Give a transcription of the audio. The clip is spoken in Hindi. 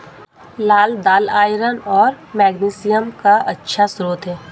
लाल दालआयरन और मैग्नीशियम का अच्छा स्रोत है